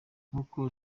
nkuko